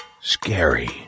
scary